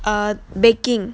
err baking